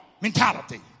mentality